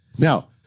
Now